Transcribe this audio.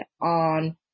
on